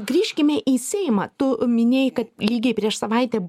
grįžkime į seimą tu minėjai kad lygiai prieš savaitę